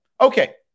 Okay